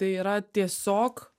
tai yra tiesiog